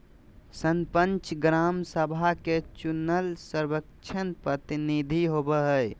सरपंच, ग्राम सभा के चुनल सर्वोच्च प्रतिनिधि होबो हइ